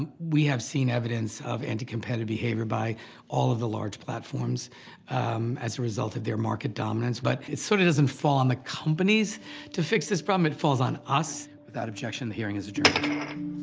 and we have seen evidence of anti-competitive behavior by all of the large platforms as a result of their market dominance. but it sort of doesn't fall on the companies to fix this problem. it falls on us. without objection, the hearing is adjourned.